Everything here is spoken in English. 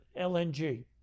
LNG